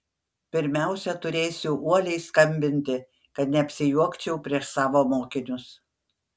pirmiausiai turėsiu uoliai skambinti kad neapsijuokčiau prieš savo mokinius